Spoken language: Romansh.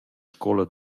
scoula